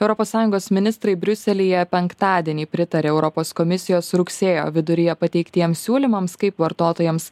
europos sąjungos ministrai briuselyje penktadienį pritarė europos komisijos rugsėjo viduryje pateiktiems siūlymams kaip vartotojams